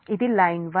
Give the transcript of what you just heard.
ఇది లైన్ 1